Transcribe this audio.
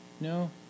No